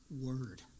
word